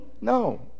no